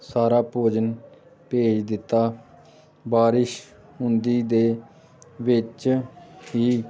ਸਾਰਾ ਭੋਜਨ ਭੇਜ ਦਿੱਤਾ ਬਾਰਿਸ਼ ਹੁੰਦੀ ਦੇ ਵਿੱਚ ਹੀ